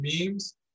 memes